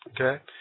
okay